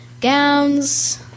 gowns